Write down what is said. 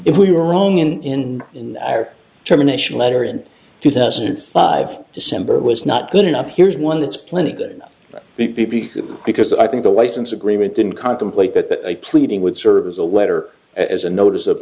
if we were wrong in in our terminations letter in two thousand and five december was not good enough here's one that's plenty good because i think the license agreement didn't contemplate that pleading would serve as a letter as a notice of